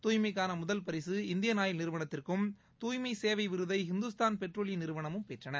தூய்மைக்கான முதல் பரிசு Indian Oil நிறுவனத்திற்கும் தூய்மை சேவை விருதை ஹிந்துஸ்தான் பெட்ரோலிய நிறுவனமும் பெற்றன